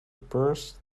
burst